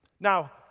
Now